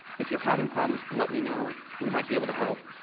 if you are having problems, let me know, we might be able to help,